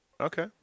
Okay